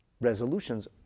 resolutions